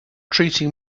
treating